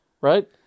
right